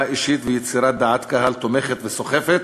אישית ויצירת דעת קהל תומכת וסוחפת.